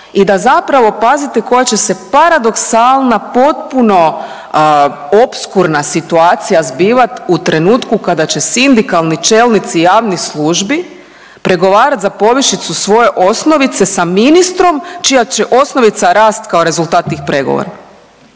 i da zapravo, pazite koja će se paradoksalna potpuno opskurna situacija zbivati, u trenutku kada će sindikalni čelnici javnih službi pregovarati za povišicu svoje osnovice s ministrom, čija će osnovica rasti kao rezultat tih pregovora.